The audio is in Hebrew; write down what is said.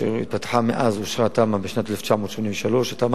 אשר התפתחה מאז אושרה התמ"א בשנת 1983. התמ"א